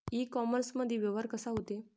इ कामर्समंदी व्यवहार कसा होते?